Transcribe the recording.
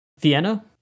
Vienna